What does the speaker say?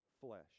flesh